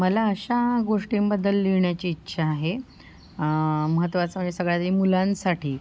मला अशा गोष्टींबद्दल लिहिण्याची इच्छा आहे महत्त्वाचं सगळ्यात मुलांसाठी